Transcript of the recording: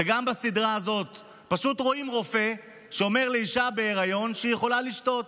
וגם בסדרה הזאת פשוט רואים רופא שאומר לאישה בהיריון שהיא יכולה לשתות,